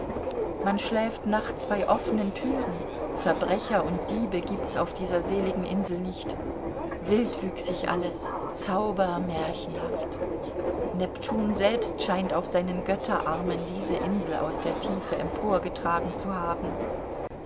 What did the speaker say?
man schläft nachts bei offenen türen verbrecher und diebe gibt's auf dieser seligen insel nicht wildwüchsig alles zaubermärchenhaft neptun selbst scheint auf seinen götterarmen diese insel aus der tiefe emporgetragen zu haben